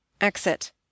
Exit